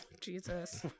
Jesus